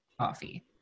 coffee